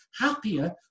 happier